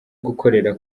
gukorera